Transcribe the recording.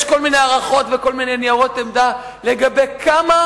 יש כל מיני הערכות וכל מיני ניירות עמדה לגבי כמה